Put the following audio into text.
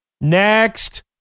Next